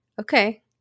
okay